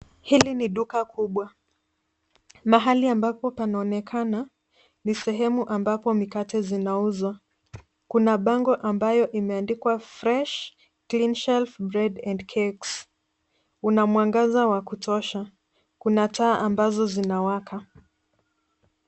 Hili ni duka kubwa, mahali ambapo panaonekana, ni sehemu ambapo mikate zinauzwa. Kuna bango ambayo imeandikwa Fresh Clean Shelf Bread and Cake . Kuna mwangaza wa kutosha, kuna taa ambazo zinawaka.